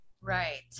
Right